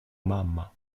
mamma